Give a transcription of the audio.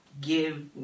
give